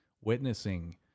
witnessing